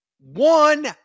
one